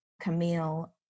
Camille